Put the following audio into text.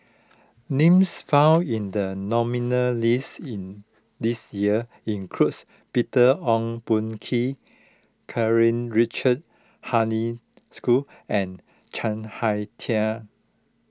names found in the nominees' list in this year includes Peter Ong Boon Kwee Karl Richard Hanitsch and Chuang Hui Tsuan